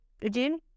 Again